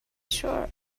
sure